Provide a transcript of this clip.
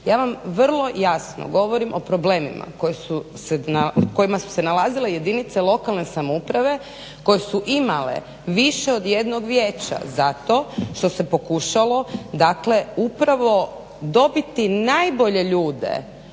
Ja vam vrlo jasno govorim o problemima u kojima su se nalazile jedinice lokalne samouprave koje su imale više od jednog vijeća zato što se pokušalo dakle upravo dobiti najbolje ljude